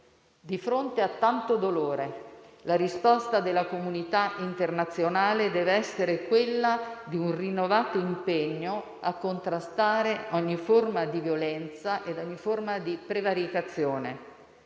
Di fronte a tanto dolore, la risposta della comunità internazionale deve essere quella di un rinnovato impegno a contrastare ogni forma di violenza e di prevaricazione.